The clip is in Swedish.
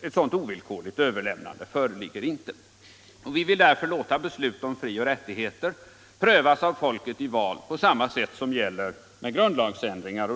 ett så ovillkorligt överlämnande bör inte göras. Vi vill därför låta beslut om frioch rättigheter prövas av folket i val på samma sätt som gäller vid grundlagsändringar.